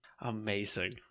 Amazing